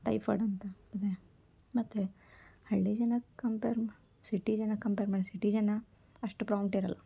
typhoid ಅಂತ ಆಗ್ತದೆ ಮತ್ತು ಹಳ್ಳಿ ಜನಕ್ಕೆ ಕಂಪೇರ್ ಮಾ ಸಿಟಿ ಜನಕ್ಕೆ ಕಂಪೇರ್ ಮಾಡಿರೆ ಸಿಟಿ ಜನ ಅಷ್ಟು ಪ್ರಾಂಪ್ಟಿರೋಲ್ಲ